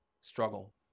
struggle